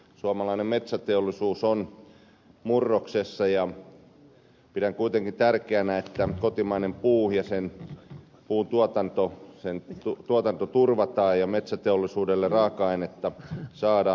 suomalainen metsäteollisuus on murroksessa ja pidän kuitenkin tärkeänä että kotimainen puu ja sen tuotanto turvataan ja metsäteollisuudelle raaka ainetta saadaan